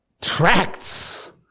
tracts